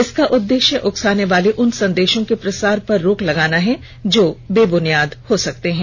इसका उद्देश्य उकसाने वाले उन संदेशों के प्रसार पर रोक लगाना है जो बेबुनियाद हो सकते हैं